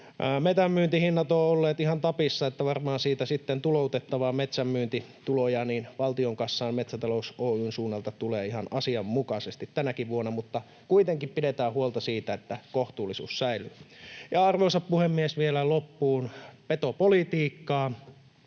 metsän myyntihinnat ovat olleet ihan tapissa, että varmaan siitä sitten tuloutettavia metsänmyyntituloja valtion kassaan Metsätalous Oy:n suunnalta tulee ihan asianmukaisesti tänäkin vuonna, mutta kuitenkin pidetään huolta siitä, että kohtuullisuus säilyy. Arvoisa puhemies! Vielä loppuun petopolitiikkaa.